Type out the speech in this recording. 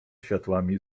światłami